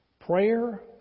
Prayer